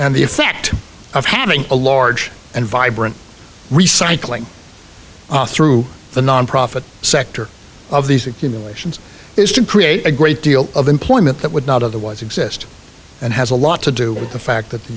and the effect of having a large and vibrant recycling through the nonprofit sector of these accumulations is to create a great deal of employment that would not otherwise exist and has a lot to do with the fact that the